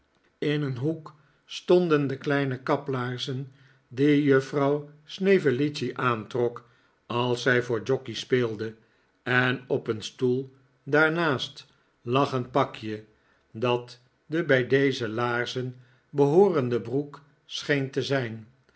in een hoek stonden de kleine kaplaarzen die juffrouw snevellicci aantrok als zij voor jockey speelde en op een stoel daarnaast lag een pakje dat de bij deze laarzen behoorende broek scheen te zijn